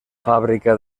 fàbrica